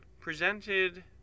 presented